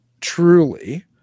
truly